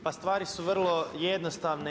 Pa stvari su vrlo jednostavne.